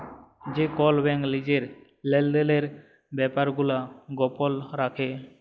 যে কল ব্যাংক লিজের লেলদেলের ব্যাপার গুলা গপল রাখে